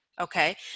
Okay